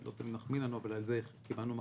שלא תמיד מחמיא לנו אבל על זה קיבלנו מחמאות.